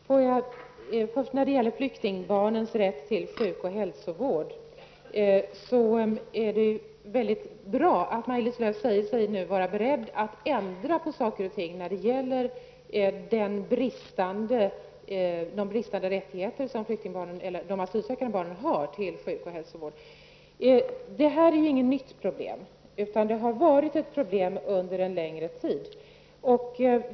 Herr talman! När de gäller flyktingbarnens rätt till sjuk och hälsovård vill jag säga att det är mycket bra att Maj-Lis Lööw nu säger sig vara beredd att ändra på saker och ting när det gäller de bristande rättigheter som de asylsökande barnen har till sjukoch hälsovård. Detta är inte något nytt problem, utan det har varit ett problem under en längre tid.